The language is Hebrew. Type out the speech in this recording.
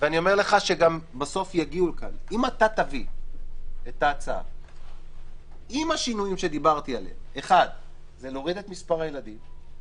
אם תביא את ההצעה עם השינויים שדיברתי עליהם: 1. להוריד את מספר הילדים,